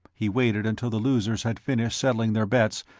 he waited until the losers had finished settling their bets,